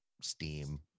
Steam